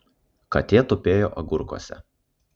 katė tupėjo agurkuose